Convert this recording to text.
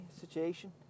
situation